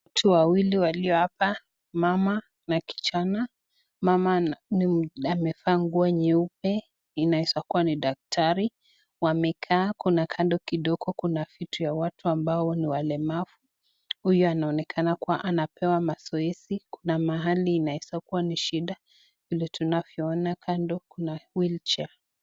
Watu wawili walio hapa, mama na kijana. Mama amevaa nguo nyeupe inaweza kuwa ni daktari, wamekaa, kuna kando kidogo kuna vitu ya watu ambao ni walemavu, huyu anaonekana kuwa anapewa mazoezi, kuna mahali inaweza kuwa ni shida vile tunavyoona kando kuna wheelchair .